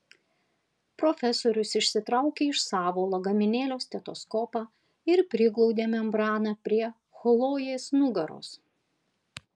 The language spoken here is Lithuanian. profesorius išsitraukė iš savo lagaminėlio stetoskopą ir priglaudė membraną prie chlojės nugaros